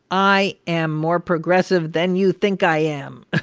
i am more progressive than you think i am,